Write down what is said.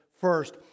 first